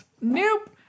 Nope